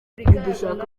ntidushaka